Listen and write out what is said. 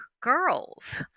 girls